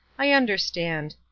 i understand.